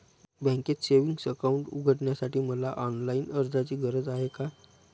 बँकेत savings account उघडण्यासाठी मला ऑनलाईन अर्जाची गरज आहे का?